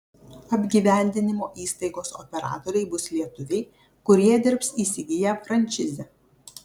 apgyvendinimo įstaigos operatoriai bus lietuviai kurie dirbs įsigiję frančizę